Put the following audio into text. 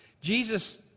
Jesus